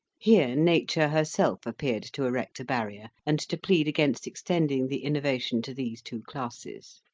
here nature herself appeared to erect a barrier, and to plead against extending the innovation to these two classes.